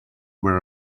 where